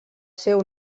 seu